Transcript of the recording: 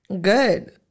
Good